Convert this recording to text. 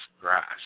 grass